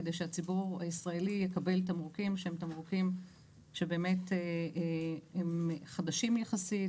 כדי שהציבור הישראלי יקבל תמרוקים שהם תמרוקים שבאמת חדשים יחסית,